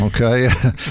okay